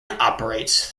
operates